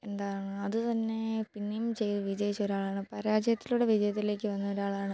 എന്താണ് അതു തന്നെ പിന്നെയും ചെയ്ത് വിജയിച്ച ഒരാളാണ് പരാജയത്തിലൂടെ വിജയത്തിലേക്കു വന്ന ഒരാളാണ്